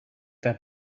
that